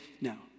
Now